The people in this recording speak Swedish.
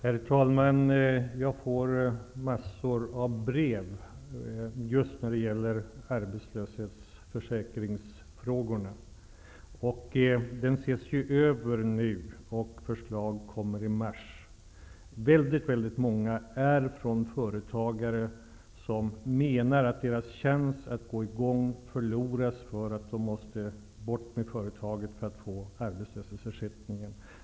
Herr talman! Jag får massor av brev om just arbetslöshetsförsäkringsfrågorna. De ses över just nu, och förslag kommer i mars. Många brev är från företagare som menar att de förlorar chansen att komma i gång därför att de måste bli av med företaget för att få arbetslöshetsersättningen.